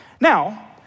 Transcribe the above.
Now